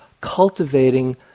cultivating